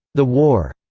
the war,